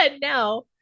now